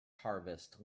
harvest